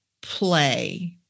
play